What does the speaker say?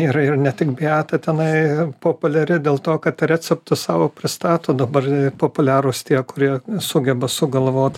yra ir ne tik biata tenai populiari dėl to kad receptus savo pristato dabar populiarūs tie kurie sugeba sugalvot